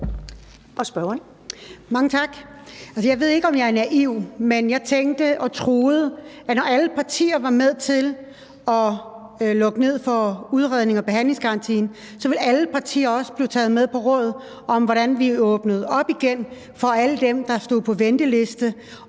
Mange tak. Altså, jeg ved ikke, om jeg er naiv, men jeg tænkte og troede, at når alle partier var med til at lukke ned for udrednings- og behandlingsgarantien, ville alle partier også blive taget med på råd om, hvordan vi åbnede op igen for alle dem, der stod på venteliste,